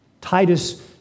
Titus